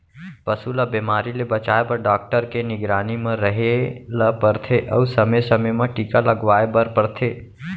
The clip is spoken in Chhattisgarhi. पसू ल बेमारी ले बचाए बर डॉक्टर के निगरानी म रहें ल परथे अउ समे समे म टीका लगवाए बर परथे